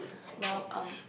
well um